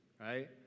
right